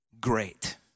great